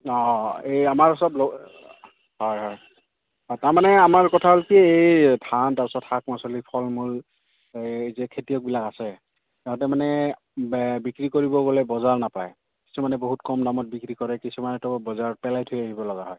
অঁ অঁ অঁ এই আমাৰ ওচৰত হয় হয় তাৰমানে আমাৰ কথা হ'ল কি এই ধান তাৰপিছত শাক পাচলি ফল মূল এই যে খেতিয়কবিলাক আছে সিহঁতে মানে বিক্ৰী কৰিব গ'লে বজাৰ নাপায় কিছুমানে বহুত কম দামত বিক্ৰী কৰে কিছুমান ত' বজাৰত পেলাই থৈ আহিব লগা হয়